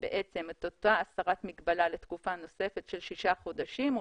את אותה הסרת מגבלה לתקופה נוספת של שישה חודשים,